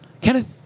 Kenneth